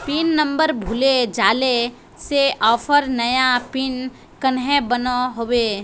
Pin number भूले जाले से ऑफर नया पिन कन्हे बनो होबे?